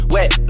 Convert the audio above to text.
Wet